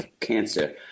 cancer